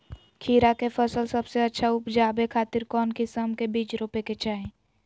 खीरा के फसल सबसे अच्छा उबजावे खातिर कौन किस्म के बीज रोपे के चाही?